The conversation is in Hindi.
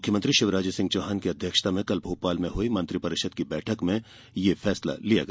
मुख्यमंत्री शिवराज सिंह चौहान की अध्यक्षता में कल भोपाल में हुई मंत्रीपरिषद की बैठक में यह फैसला लिया गया